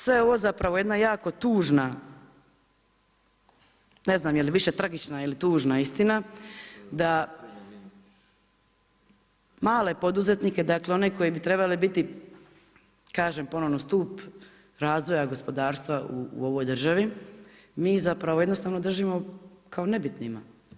Sve je ovo zapravo jedna jako tužna, ne znam je li više tragična ili tužna istina da male poduzetnike, dakle one koji bi trebali biti, kažem ponovno stup razvoja gospodarstva u ovoj državi mi zapravo jednostavno držimo kao nebitnima.